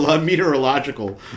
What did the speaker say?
Meteorological